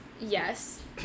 Yes